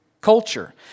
culture